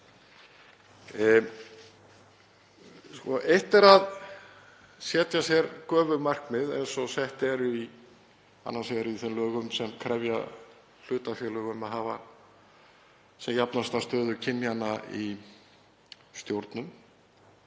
Eitt er að setja sér göfug markmið eins og sett eru annars vegar í þeim lögum sem krefja hlutafélög um að hafa sem jafnasta stöðu kynja í stjórnum,